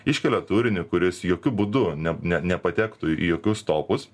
iškelia turinį kuris jokiu būdu ne ne nepatektų į jokius topus